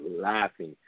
laughing